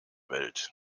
welt